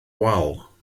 wal